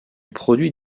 produit